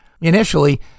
Initially